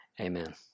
Amen